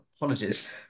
Apologies